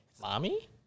Mommy